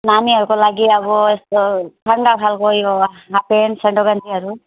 नानीहरूको लागि अब यस्तो ठन्डा खालको यो हाफ्पेन्ट सेन्डो गन्जीहरू